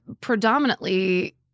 predominantly